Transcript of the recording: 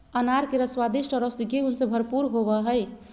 अनार के रस स्वादिष्ट आर औषधीय गुण से भरपूर होवई हई